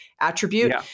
attribute